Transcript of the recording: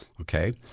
Okay